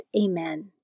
Amen